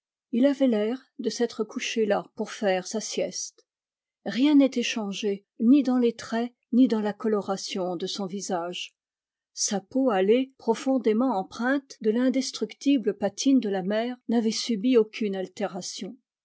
il avait l'air de s'être couché là pour faire sa sieste rien n'était changé ni dans les traits ni dans la coloration de son visage sa peau hâlée profondément empreinte de l'indestructible patine de la mer n'avait subi aucune altération